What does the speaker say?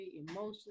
emotionally